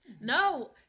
No